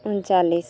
ᱩᱱᱪᱟᱞᱞᱤᱥ